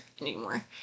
anymore